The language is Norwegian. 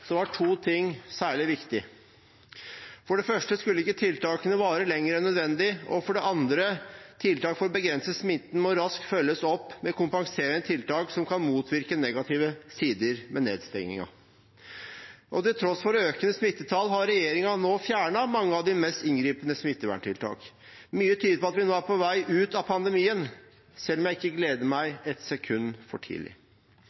var to ting særlig viktig: For det første skulle ikke tiltakene vare lenger enn nødvendig, og for det andre måtte tiltak for å begrense smitten raskt følges opp med kompenserende tiltak som kunne motvirke negative sider ved nedstengningen. Til tross for økende smittetall har regjeringen nå fjernet mange av de mest inngripende smitteverntiltakene. Mye tyder på at vi nå er på vei ut av pandemien, selv om jeg ikke gleder meg et sekund for tidlig.